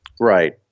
Right